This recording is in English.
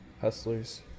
Hustlers